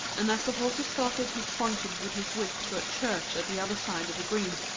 and as the horses started he pointed with his whip to a church at the other side of the green.